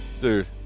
Dude